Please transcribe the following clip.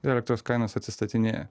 ir elektros kainos atsistainėja